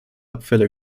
abfälle